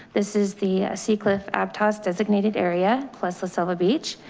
this is the seacliff aptos designated area. plus the silva beach.